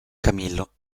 camillo